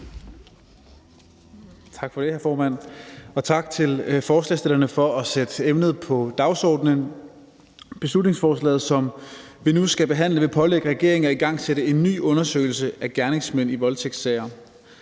Tak for det, hr. formand, og tak til forslagsstillerne for at sætte emnet på dagsordenen. Beslutningsforslaget, som vi nu skal behandle, vil pålægge regeringen at igangsætte en ny undersøgelse af gerningsmænd i voldtægtssager.